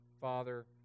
father